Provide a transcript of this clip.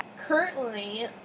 Currently